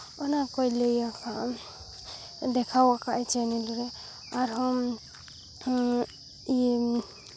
ᱚᱱᱟ ᱠᱚᱭ ᱞᱟᱹᱭ ᱟᱠᱟᱫᱼᱟ ᱫᱮᱠᱷᱟᱣ ᱟᱠᱟᱫ ᱟᱭ ᱪᱮᱱᱮᱞ ᱨᱮ ᱟᱨᱦᱚᱸ ᱤᱭᱟᱹ